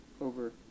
over